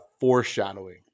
foreshadowing